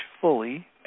fully